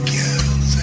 girls